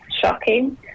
shocking